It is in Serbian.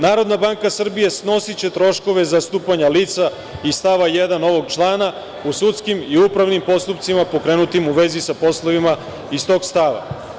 Narodna banka Srbije snosiće troškove zastupanja lica iz stava 1. ovog člana u sudskim i upravnim postupcima pokrenutim u vezi sa poslovima iz tog stava.